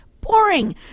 boring